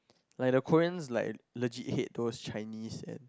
like the Koreans like legit hate those Chinese and